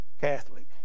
Catholic